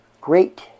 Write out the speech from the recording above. great